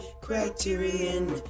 Criterion